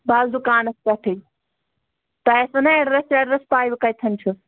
بہٕ آسہٕ دُکانَس پٮ۪ٹھٕے تۄہہِ آسِوُ نا ایڈرَس ویڈرَس پَے بہٕ کَتِتھَن چھَس